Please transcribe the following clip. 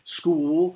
school